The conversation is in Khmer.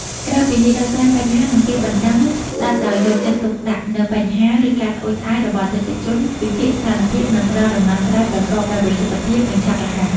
ក្រៅពីនេះ ដោះស្រាយបញ្ហា និងពាក្យបណ្ដឹងស្ដាប់ដោយយកចិត្តទុកដាក់នូវបញ្ហា ឬការត្អូញត្អែររបស់អតិថិជន វិភាគស្ថានភាព និងផ្ដល់ដំណោះស្រាយប្រកបដោយប្រសិទ្ធភាព និងឆាប់រហ័ស។